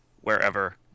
wherever